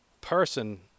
person